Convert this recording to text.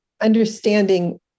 understanding